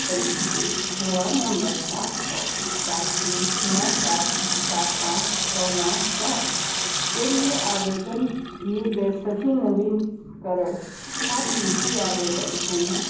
पंजीकृत mobile number सात छः सात तीन नौ चार सात पानः छः नौ चार के लिए आवेदन किए गए सभी नवीनकरण छात्रवृत्ति आवेदन ढूँढें